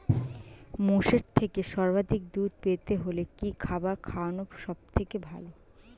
মোষের থেকে সর্বাধিক দুধ পেতে হলে কি খাবার খাওয়ানো সবথেকে ভালো?